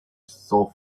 sore